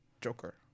Joker